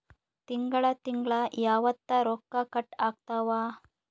ತಿಂಗಳ ತಿಂಗ್ಳ ಯಾವತ್ತ ರೊಕ್ಕ ಕಟ್ ಆಗ್ತಾವ?